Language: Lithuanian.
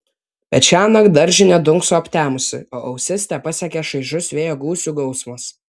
bet šiąnakt daržinė dunkso aptemusi o ausis tepasiekia šaižus vėjo gūsių gausmas